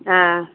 हँ